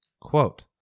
Quote